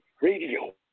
radio